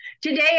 Today